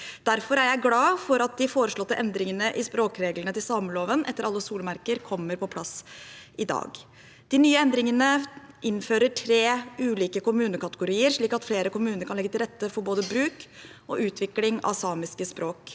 Derfor er jeg glad for at de foreslåtte endringene i språkreglene til sameloven etter alle solemerker kommer på plass i dag. De nye endringene innfører tre ulike kommunekategorier, slik at flere kommuner kan legge til rette for både bruk og utvikling av samiske språk.